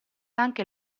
anche